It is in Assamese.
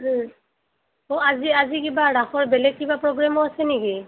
অঁ আজি আজি কিবা বেলেগ কিবা প্ৰগ্ৰামো আছে নেকি